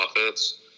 offense